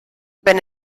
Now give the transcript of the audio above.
wenn